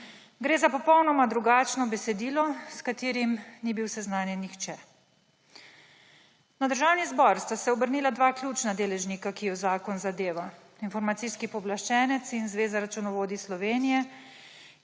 Gre za popolnoma drugačno besedilo, s katerim ni bil seznanjen nihče. Na Državni zbor sta se obrnila dva ključna deležnika, ki ju zakon zadeva – Informacijski pooblaščenec in zveza računovodij Slovenije